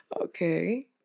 okay